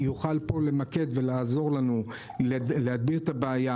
יוכל למקד ולעזור לנו להדביר את הבעיה.